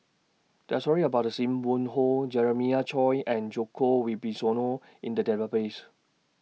There Are stories about SIM Wong Hoo Jeremiah Choy and Djoko Wibisono in The Database